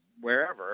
wherever